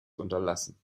unterlassen